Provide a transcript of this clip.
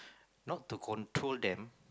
not to control them